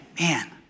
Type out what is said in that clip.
man